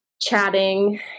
chatting